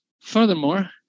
Furthermore